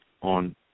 on